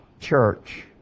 church